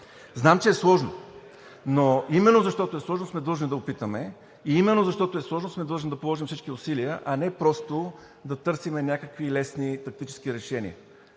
Знам, че е сложно, но именно защото е сложно сме длъжни да опитаме и именно защото е сложно сме длъжни да положим всички усилия, а не просто да търсим някакви лесни тактически решения.